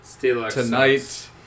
tonight